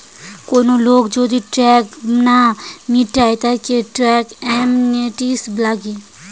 কোন লোক যদি ট্যাক্স না মিটায় তাকে ট্যাক্স অ্যামনেস্টি লাগে